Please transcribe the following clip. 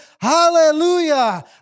hallelujah